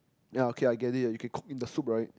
ya okay I get it you can cook in the soup right